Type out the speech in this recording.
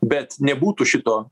bet nebūtų šito